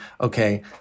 okay